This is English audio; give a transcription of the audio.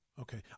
Okay